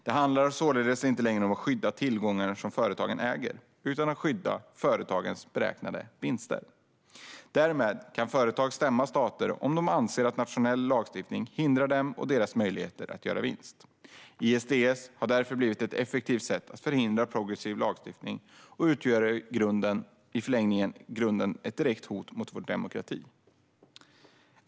Det handlar således inte längre om att skydda tillgångar som företagen äger utan om att skydda företagens beräknade vinster. Därmed kan företag stämma stater om de anser att nationell lagstiftning hindrar dem och deras möjlighet att göra vinst. ISDS har därigenom blivit ett effektivt sätt att förhindra progressiv lagstiftning och utgör i förlängningen ett direkt hot mot vår demokrati.